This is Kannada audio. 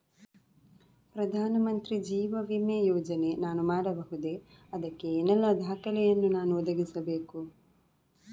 ಪ್ರಧಾನ ಮಂತ್ರಿ ಜೀವ ವಿಮೆ ಯೋಜನೆ ನಾನು ಮಾಡಬಹುದೇ, ಅದಕ್ಕೆ ಏನೆಲ್ಲ ದಾಖಲೆ ಯನ್ನು ನಾನು ಒದಗಿಸಬೇಕು?